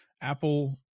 Apple